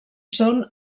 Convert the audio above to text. són